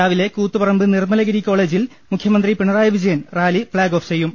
രാവിലെ കൂത്തുപറമ്പ് നിർമ്മലഗിരി കോളേജിൽ മുഖ്യമന്ത്രി Pinarayi Vijayan rally flag off ചെയ്യും